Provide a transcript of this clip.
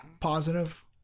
positive